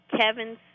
Kevin